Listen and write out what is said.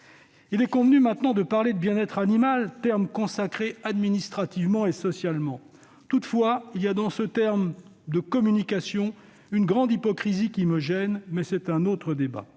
Il est maintenant convenu de parler de bien-être animal, expression consacrée administrativement et socialement. Il y a dans ce terme de communication une grande hypocrisie qui me gêne, mais c'est un autre débat.